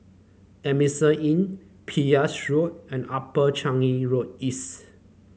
Adamson Inn Pepys Road and Upper Changi Road East